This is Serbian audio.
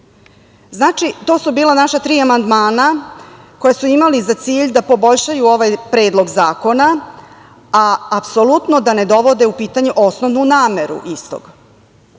to su bila naša tri amandmana koja su imali za cilj da poboljšaju ovaj Predlog zakona, a apsolutno da ne dovode u pitanje osnovnu nameru iz